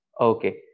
okay